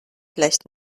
vielleicht